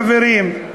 חברים,